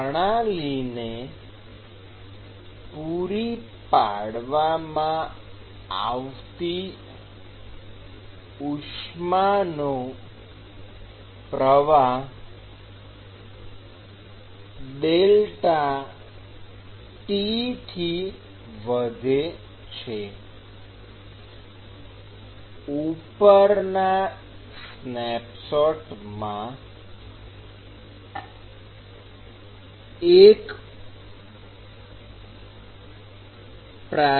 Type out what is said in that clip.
પ્રણાલીને પૂરી પાડવામાં આવતી ઉષ્માનો પ્રવાહ ΔT થી વધે છે ઉપરના સ્નેપશોટમાં 1 પ્રા